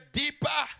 deeper